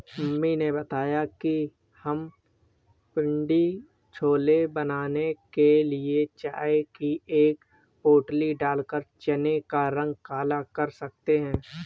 mummy ने बताया कि हम पिण्डी छोले बनाने के लिए चाय की एक पोटली डालकर चने का रंग काला कर सकते हैं